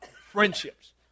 friendships